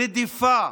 רדיפה